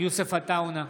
יוסף עטאונה,